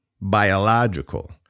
biological